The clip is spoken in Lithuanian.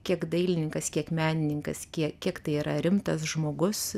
kiek dailininkas kiek menininkas kiek tai yra rimtas žmogus